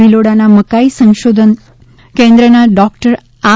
ભીલોડાના મકાઈ સંશોધન કેન્દના ડોક્ટર આર